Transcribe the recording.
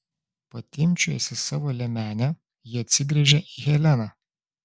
patimpčiojusi savo liemenę ji atsigręžia į heleną